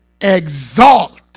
exalt